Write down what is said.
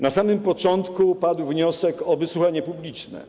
Na samym początku padł wniosek o wysłuchanie publiczne.